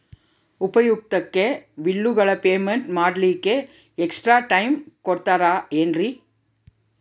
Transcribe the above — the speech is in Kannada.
ಉಪಯುಕ್ತತೆ ಬಿಲ್ಲುಗಳ ಪೇಮೆಂಟ್ ಮಾಡ್ಲಿಕ್ಕೆ ಎಕ್ಸ್ಟ್ರಾ ಟೈಮ್ ಕೊಡ್ತೇರಾ ಏನ್ರಿ?